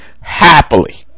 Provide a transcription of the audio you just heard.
Happily